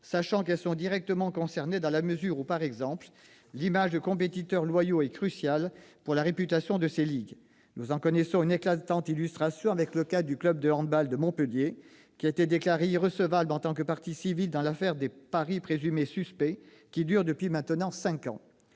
mesure où elles sont directement concernées, l'image de compétiteurs loyaux étant cruciale pour la réputation de ces ligues. Nous en connaissons une éclatante illustration avec le cas du club de handball de Montpellier, qui a été déclaré irrecevable en tant que partie civile dans l'affaire des paris présumés suspects, qui dure depuis maintenant cinq ans.